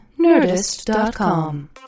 Nerdist.com